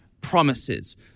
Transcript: promises